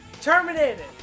Terminated